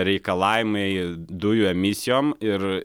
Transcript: reikalavimai dujų emisijom ir